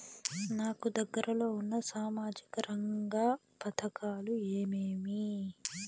నాకు దగ్గర లో ఉన్న సామాజిక రంగ పథకాలు ఏమేమీ?